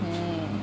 mm